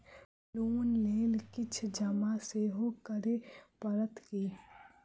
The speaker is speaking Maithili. लोन लेल किछ जमा सेहो करै पड़त की?